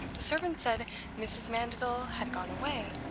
the servant said mrs. mandeville had gone away,